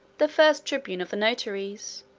the first tribune of the notaries,